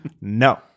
No